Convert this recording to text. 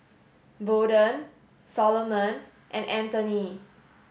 Bolden Solomon and Anthoney